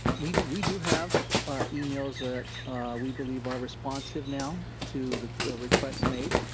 we do we do have emails that we believe are responsive now to the request made.